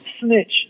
snitch